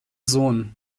sohn